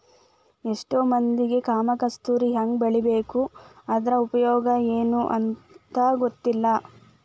ಎಷ್ಟೋ ಮಂದಿಗೆ ಕಾಮ ಕಸ್ತೂರಿ ಹೆಂಗ ಬೆಳಿಬೇಕು ಅದ್ರ ಉಪಯೋಗ ಎನೂ ಅಂತಾ ಗೊತ್ತಿಲ್ಲ